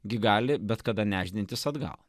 gali bet kada nešdintis atgal